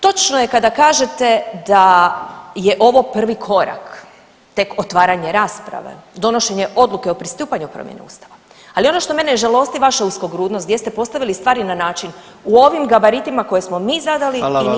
Točko je kada kažete da je ovo prvi korak, tek otvaranje rasprave, donošenje odluke o pristupanju promjeni Ustava, ali ono što mene žalosti je vaša uskogrudnost gdje ste postavili stvari na način, u ovim gabaritima koje smo mi zadali [[Upadica: Hvala vam.]] i ništa izvan toga.